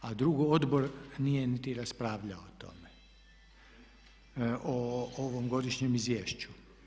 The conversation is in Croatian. A drugo, odbor nije niti raspravljao o tome, o ovom godišnjem izvješću.